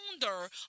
founder